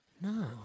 No